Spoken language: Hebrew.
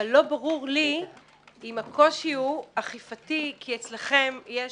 אבל לא ברור לי אם הקושי הוא אכיפתי, כי אצלכם יש